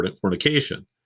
fornication